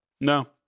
no